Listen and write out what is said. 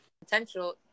potential